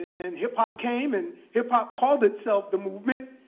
and hip-hop came, and hip-hop called itself the movement.